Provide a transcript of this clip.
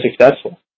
successful